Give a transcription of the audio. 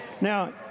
Now